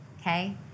Okay